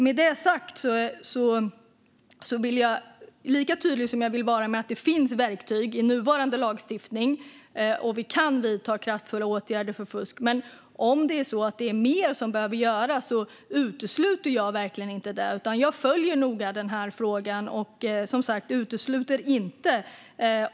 Jag vill alltså vara tydlig med att det finns verktyg i nuvarande lagstiftning - vi kan vidta kraftfulla åtgärder mot fusk. Men om det är så att det behöver göras mer utesluter jag inte det, utan jag följer denna fråga noga.